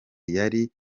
yari